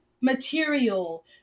material